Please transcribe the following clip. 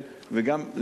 וגם,